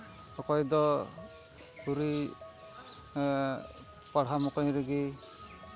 ᱚᱠᱚᱭ ᱫᱚ ᱟᱹᱣᱨᱤ ᱯᱟᱲᱦᱟᱣ ᱢᱚᱠᱚᱧ ᱨᱮᱜᱮ